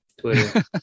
Twitter